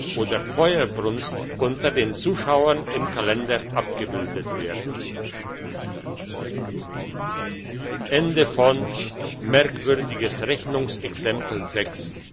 oder feuersbrunst unter den zuschauern im kalender abgebildet werden